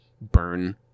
burn